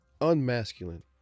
unmasculine